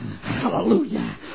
Hallelujah